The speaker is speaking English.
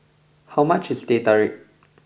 how much is Teh Tarik